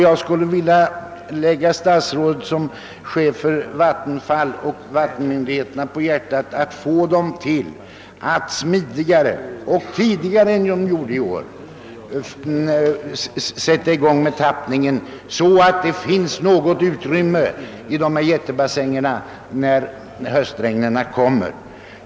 Jag skulle vilja lägga herr statsrådet såsom högste chef för vattenfallsverket och övriga vattenmyndigheter varmt om hjärtat att försöka få dessa myndigheter att smidigare och tidigare än vad som skett i år igångsätta tappningen, så att det finns utrymme kvar i dessa jättebassänger när höstregnen kommer.